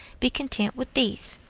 be content with these.